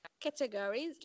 categories